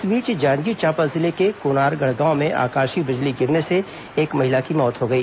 इस बीच जांजगीर चांपा जिले के कोनारगढ़ गांव में आकाशीय बिजली गिरने से एक महिला की मौत हो गई